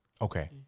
Okay